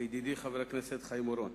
ידידי חבר הכנסת חיים אורון,